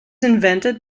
invented